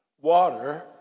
Water